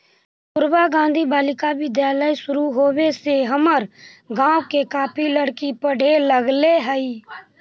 कस्तूरबा गांधी बालिका विद्यालय शुरू होवे से हमर गाँव के काफी लड़की पढ़े लगले हइ